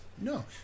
No